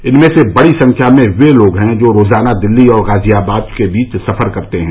इनमें से बड़ी संख्या में वे लोग हैं जो रोजाना दिल्ली और गाजियाबाद के बीच सफर करते हैं